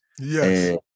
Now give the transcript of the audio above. Yes